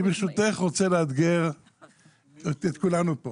אני ברשותך רוצה לאתגר את כולנו פה